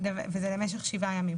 זה למשך שבעה ימים.